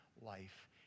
life